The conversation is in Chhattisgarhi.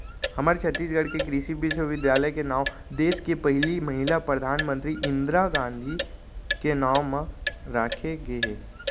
हमर छत्तीसगढ़ के कृषि बिस्वबिद्यालय के नांव देस के पहिली महिला परधानमंतरी इंदिरा गांधी के नांव म राखे गे हे